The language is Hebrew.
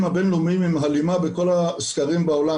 הבינלאומיים עם הלימה בכל הסקרים בעולם,